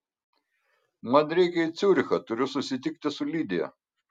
man reikia į ciurichą turiu susitikti su lidija